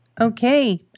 Okay